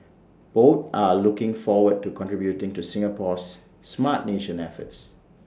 both are also looking forward to contributing to Singapore's Smart Nation efforts